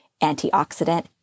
antioxidant